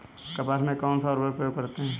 कपास में कौनसा उर्वरक प्रयोग करते हैं?